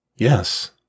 Yes